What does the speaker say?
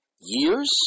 years